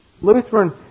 Lutheran